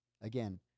again